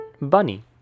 Bunny